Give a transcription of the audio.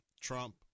Trump